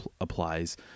applies